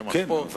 כן,